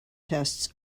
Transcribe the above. tests